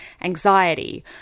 anxiety